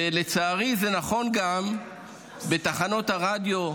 לצערי, זה נכון גם בתחנות הרדיו המגזריות,